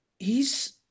hes